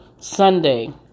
Sunday